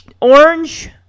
orange